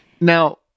now